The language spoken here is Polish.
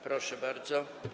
Proszę bardzo.